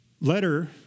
letter